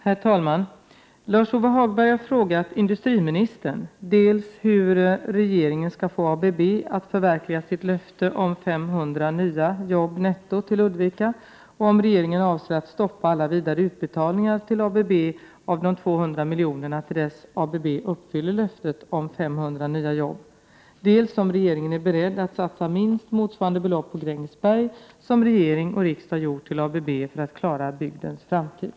Herr talman! Lars-Ove Hagberg har frågat industriministern dels hur regeringen skall få ABB att förverkliga sitt löfte om 500 nya jobb till Ludvika och om regeringen avser att stoppa alla vidare utbetalningar till ABB av de 200 miljonerna till dess ABB uppfyller löftet om 500 nya jobb, dels om regeringen är beredd att satsa minst motsvarande belopp på Grängesberg som regering och riksdag gjort på ABB för att klara bygdens framtid.